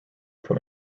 from